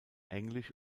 englisch